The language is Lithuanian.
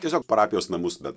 tiesiog parapijos namus bet